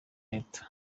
leta